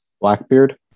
Blackbeard